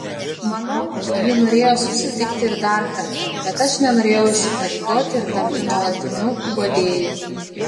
manau ji norėjo susitikti ir dar kartą bet aš nenorėjau įsipareigoti ir tapti nuolatiniu guodėju